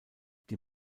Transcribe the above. die